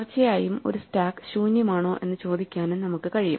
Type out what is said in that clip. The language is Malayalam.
തീർച്ചയായും ഒരു സ്റ്റാക്ക് ശൂന്യമാണോ എന്ന് ചോദിക്കാനും നമുക്ക് കഴിയും